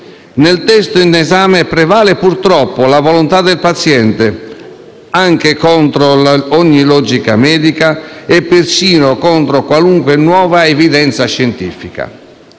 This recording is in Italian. Nel testo in esame prevale, purtroppo, la volontà del paziente, anche contro ogni logica medica e persino contro qualunque nuova evidenza scientifica.